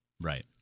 Right